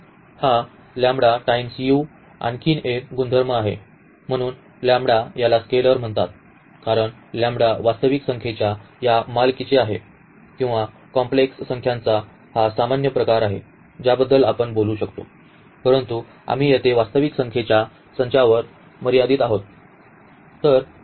हा lambda times u आणखी एक गुणधर्म आहे म्हणूनच याला स्केलर म्हणतात कारण वास्तविक संख्येच्या या मालकीचे आहे किंवा कॉम्प्लेक्स संख्यांचा हा सामान्य प्रकार आहे ज्याबद्दल आपण बोलू शकतो परंतु आम्ही येथे वास्तविक संख्येच्या संचावर मर्यादित आहोत